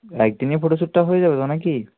এক দিনেই ফটো শ্যুটটা হয়ে যাবে তো না কি